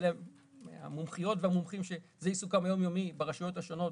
עם המומחיות והמומחים שזה עיסוקם היום-יומי ברשויות השונות,